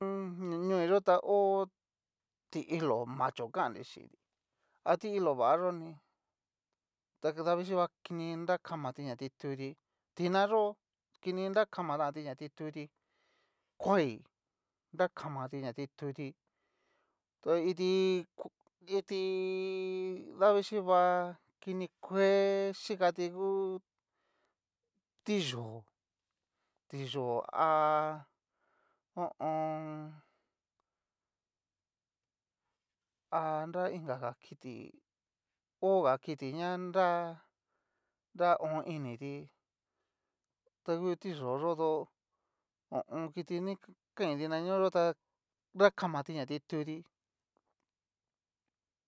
ñoi yó ta hó ti'ilo macho kanri chinti, ha ti'ilo vayoni davixhiva kini nra kamati ña tututi tina yo kini nra kama tanti na tituti, kuai nra kamati na tituti, to iti iti davixhivá kini kue chikati ngu tiyó, tiyó há ho o on. ha nra inga kiti, ho ga kiti ña nra hom initi, ta ngu tiyo'o yo dó ho o on kiti kain didañoyo ta nra kamati ña tituti.